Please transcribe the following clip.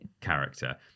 character